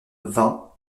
vingt